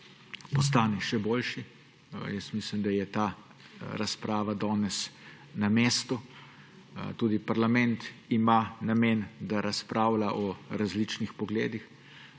postane še boljši. Mislim, da je ta razprava danes na mestu, tudi parlament ima namen, da razpravlja o različnih pogledih.